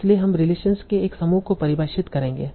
इसलिए हम रिलेशनस के एक समूह को परिभाषित करेंगे